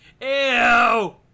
Ew